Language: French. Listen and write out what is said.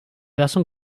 version